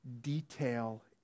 detail